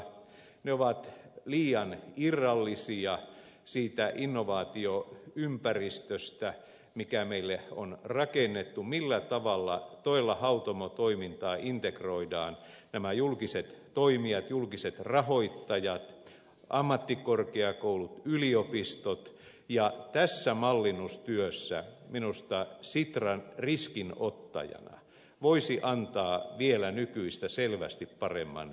ne ovat liian irrallisia siitä innovaatioympäristöstä mikä meille on rakennettu millä tavalla todella hautomotoimintaa integroidaan nämä julkiset toimijat julkiset rahoittajat ammattikorkeakoulut yliopistot ja tässä mallinnustyössä minusta sitra riskinottajana voisi antaa vielä nykyistä selvästi paremman panoksen